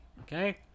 okay